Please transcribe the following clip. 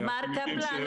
מר קפלן,